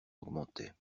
augmentait